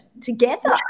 together